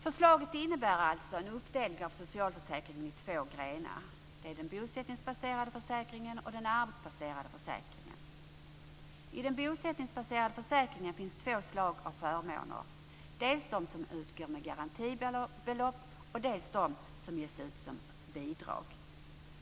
Förslaget innebär alltså en uppdelning av socialförsäkringen i två grenar: den bosättningsbaserade försäkringen och den arbetsbaserade försäkringen. I den bosättningsbaserade försäkringen finns två slag av förmåner, dels de som utgår med garantibelopp, dels de som ges som bidrag.